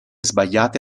sbagliate